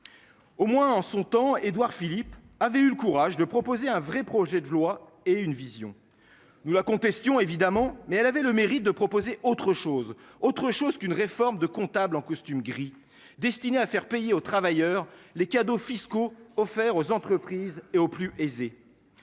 Au moins en son temps, Édouard Philippe avait eu le courage de proposer un vrai projet de loi et une vision nous la confession évidemment mais elle avait le mérite de proposer autre chose, autre chose qu'une réforme de comptable en costume gris destiné à faire payer aux travailleurs les cadeaux fiscaux offerts aux entreprises et aux plus aisés.